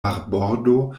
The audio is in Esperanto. marbordo